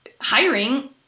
hiring